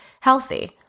healthy